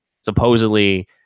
supposedly